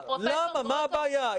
מה הבעיה?